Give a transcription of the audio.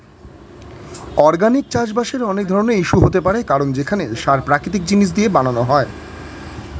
organic চাষবাসের অনেক ধরনের ইস্যু হতে পারে কারণ সেখানে সার প্রাকৃতিক জিনিস দিয়ে বানানো হয়